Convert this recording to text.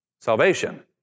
Salvation